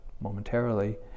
momentarily